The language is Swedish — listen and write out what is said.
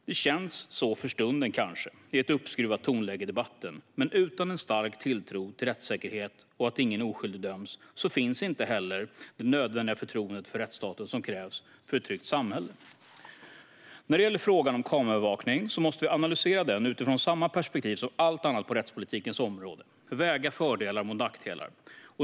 Det kanske känns så för stunden i en debatt med uppskruvat tonläge, men utan stark tilltro till rättssäkerhet och att ingen oskyldig döms finns inte det förtroende för rättsstaten som är nödvändigt för ett tryggt samhälle. När det gäller frågan om kameraövervakning måste vi analysera den utifrån samma perspektiv som allt annat på rättspolitikens område. Vi måste väga fördelar mot nackdelar.